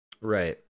right